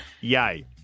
Yay